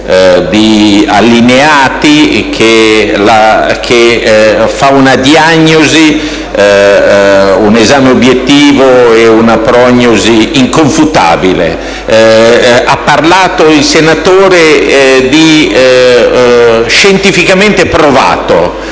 di allineati, che fa una diagnosi, un esame obiettivo e una prognosi inconfutabili. Il senatore Manconi ha parlato di scientificamente provato,